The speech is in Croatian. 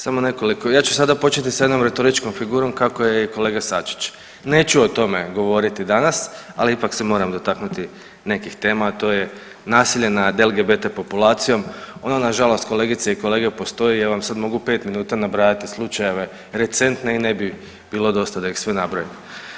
Samo nekoliko, ja ću sada početi sa jednom retoričkom figurom kako je i kolega Sačić, neću o tome govoriti danas, ali ipak se moram dotaknuti nekih tema, a to je nasilje nad LGBT populacijom, ona nažalost kolegice i kolege postoji i ja vam sada mogu pet minuta nabrajati slučajeve recentne i ne bi bilo dosta da ih sve nabrojim.